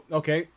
okay